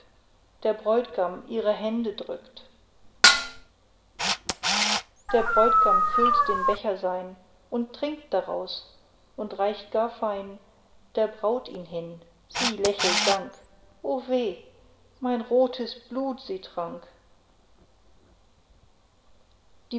der bräutigam ihre hände drückt der bräutigam füllt den becher sein und trinkt daraus und reicht gar fein der braut ihn hin sie lächelt dank o weh mein rotes blut sie trank